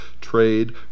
trade